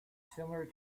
similar